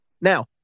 Now